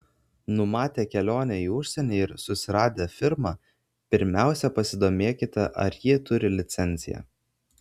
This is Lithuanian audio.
numatę kelionę į užsienį ir susiradę firmą pirmiausia pasidomėkite ar ji turi licenciją